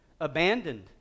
abandoned